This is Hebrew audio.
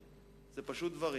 אז איך אתה יכול לשאת בסכומים האלה?